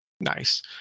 nice